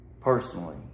personally